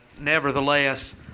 nevertheless